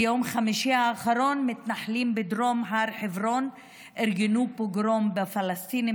ביום חמישי האחרון מתנחלים בדרום הר חברון ארגנו פוגרום בפלסטינים